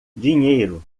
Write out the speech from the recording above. dinheiro